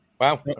Wow